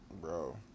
Bro